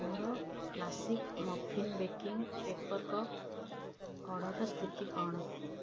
ମୋର classic muffin baking paper cup ଅର୍ଡ଼ର୍ର ସ୍ଥିତି କ'ଣ